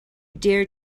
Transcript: dare